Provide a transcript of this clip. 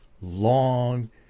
long